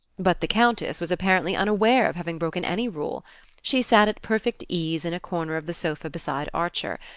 but the countess was apparently unaware of having broken any rule she sat at perfect ease in a corner of the sofa beside archer,